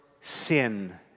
sin